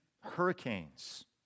hurricanes